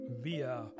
via